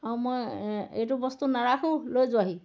আৰু মই এইটো বস্তু নাৰাখো লৈ যোৱাহি